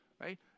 right